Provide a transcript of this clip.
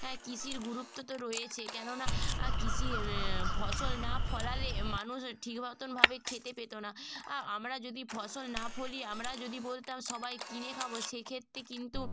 হ্যাঁ কৃষির গুরুত্ব তো রয়েছে কেন না কৃষি ফসল না ফলালে মানুষ ঠিক মতনভাবে খেতে পেতো না আ আমরা যদি ফসল না ফলিয়ে আমরা যদি বলতাম সবাই কিনে খাব সেই ক্ষেত্রে কিন্তু